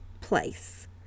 place